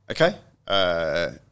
Okay